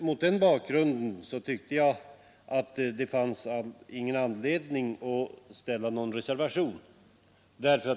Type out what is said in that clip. Mot den bakgrunden tyckte jag att det inte fanns någon anledning att avge någon reservation.